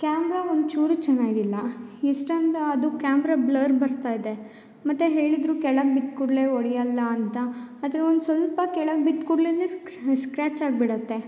camera ಒಂದುಚೂರು ಚೆನ್ನಾಗಿಲ್ಲ ಎಷ್ಟಂದ ಅದು ಕ್ಯಾಮ್ರ ಬ್ಲರ್ ಬರ್ತಾಯಿದೆ ಮತ್ತು ಹೇಳಿದರು ಕೆಳಗೆ ಬಿದ್ದ ಕೂಡಲೆ ಒಡಿಯೋಲ್ಲ ಅಂತ ಆದರು ಒಂದುಸ್ವಲ್ಪ ಕೆಳಗೆ ಬಿದ್ದ ಕೂಡ್ಲೆ ಸ್ಕ್ರ್ಯಾಚ್ ಆಗಿಬಿಡತ್ತೆ